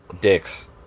dicks